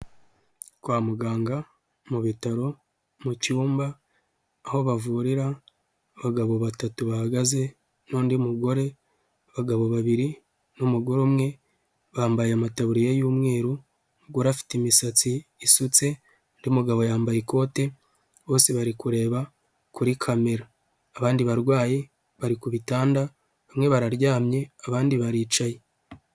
Kwa muganga mubi bitaro mucyumba aho bavurira abagabo batatu bahagaze nundi mugore abagabo babiri numugore umwe bambaye amataburiya y'umweru umugore afite imisatsi isutse, undi mugabo yambaye ikote bose bari kureba kuri kamera abandi barwayi bari ku bitanda bamwe bararyamye abandi baricaye.